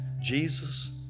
Jesus